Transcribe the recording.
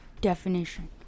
definition